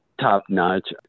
top-notch